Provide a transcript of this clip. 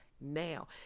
now